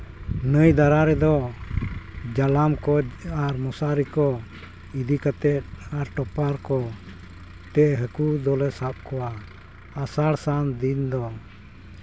ᱱᱟᱹᱭ ᱫᱟᱬᱟ ᱨᱮᱫᱚ ᱡᱟᱞᱟᱢ ᱠᱚ ᱟᱨ ᱢᱚᱥᱟᱨᱤ ᱠᱚ ᱤᱫᱤ ᱠᱟᱛᱮᱫ ᱟᱨ ᱴᱚᱯᱟᱨ ᱠᱚᱛᱮ ᱦᱟᱹᱠᱩ ᱫᱚᱞᱮ ᱥᱟᱵ ᱠᱚᱣᱟ ᱟᱥᱟᱲ ᱥᱟᱱ ᱫᱤᱱ ᱫᱚ